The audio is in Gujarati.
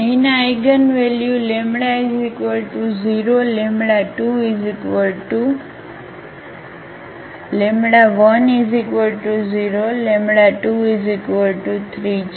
તેથી અહીંના આઇગનવેલ્યુ 1023 છે